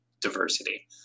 diversity